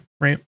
right